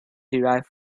derived